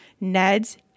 Ned's